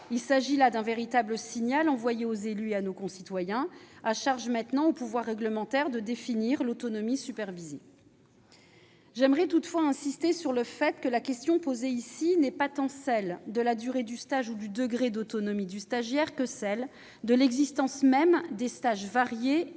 Il s'agit d'un signal fort envoyé aux élus et à nos concitoyens. À charge, maintenant, pour le pouvoir réglementaire de définir l'« autonomie supervisée ». J'aimerais toutefois insister sur le fait que la question posée ici est non pas tant celle de la durée du stage ou du degré d'autonomie du stagiaire que celle de l'existence même de stages variés et formateurs en